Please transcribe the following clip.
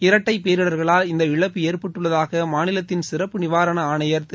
இரட்டை பேரிடர்களால் இந்த இழப்பு ஏற்பட்டுள்ளதாக மாநிலத்தின் சிறப்பு நிவாரண ஆணையர் திரு